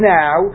now